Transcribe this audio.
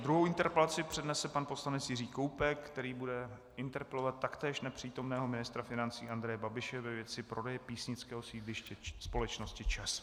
Druhou interpelaci přednese pan poslanec Jiří Koubek, který bude interpelovat taktéž nepřítomného ministra financí Andreje Babiše ve věci prodeje písnického sídliště společnosti ČEZ.